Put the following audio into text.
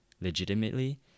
legitimately